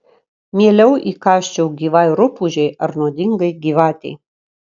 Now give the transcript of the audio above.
mieliau įkąsčiau gyvai rupūžei ar nuodingai gyvatei